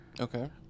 okay